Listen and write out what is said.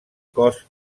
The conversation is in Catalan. cos